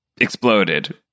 exploded